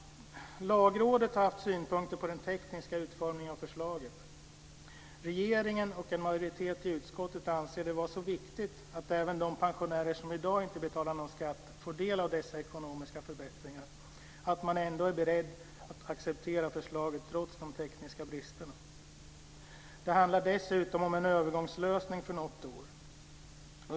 Lagrådet har haft synpunkter på den tekniska utformningen av förslaget. Regeringen och en majoritet i utskottet anser det vara så viktigt att även de pensionärer som i dag inte betalar någon skatt får del av dessa ekonomiska förbättringar att man ändå är beredd att acceptera förslaget, trots de tekniska bristerna. Det handlar dessutom om en övergångslösning för något år.